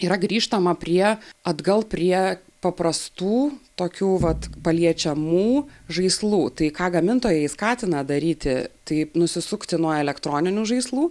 yra grįžtama prie atgal prie paprastų tokių vat paliečiamų žaislų tai ką gamintojai skatina daryti tai nusisukti nuo elektroninių žaislų